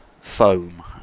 foam